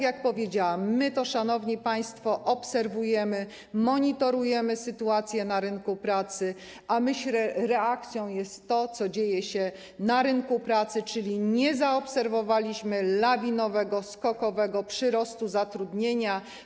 Jak powiedziałam, szanowni państwo, obserwujemy, monitorujemy sytuację na rynku pracy, a myślę, że reakcją jest to, co dzieje się na rynku pracy, czyli nie zaobserwowaliśmy lawinowego, skokowego przyrostu zatrudnienia.